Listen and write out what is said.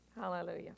Hallelujah